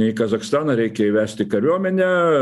į kazachstaną reikia įvesti kariuomenę